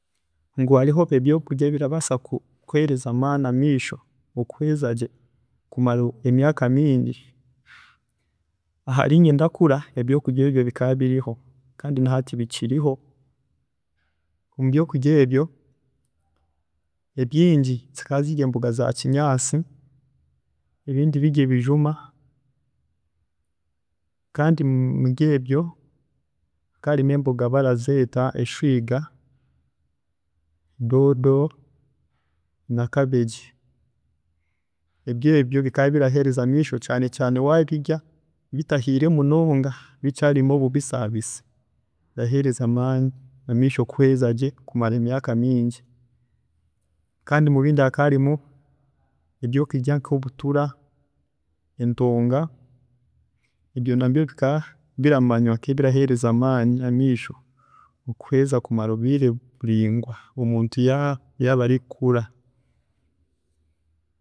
﻿Ngu hariho ebyokurya ebirabaasa ku- kuheereza amaani amaisho okuhweeza gye kumara emyaaka mingi, aharinye ndakura ebyokurya ebyo bikaba biriho kandi nahati bikiriho. Mubyokurya ebyo ebingi zikaba ziri emboga za kinyaasi ebindi biri n'ebijuma kandi muri ebyo, hakaba harimu emboga barazeeta eshwiiga, doodo hamwe na cabbage, ebyo ebyo bikaba birahereza amaisho kyaani kyaani wabirya bitahiire munonga bikyaarimu abubisaabisi, biraheereza amaani amaisho kuhweeza gye kumara emyaaka mingi. Kandi ebindi hakaba harimu ebyokurya nk'obutura, entonga, ebyo nabyo bikaba biramanywa nk'ebiraheereza amaani amaisho okuhweeza kumara obwiire bureingwa omuntu ya- yaaba ari kukura.